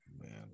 man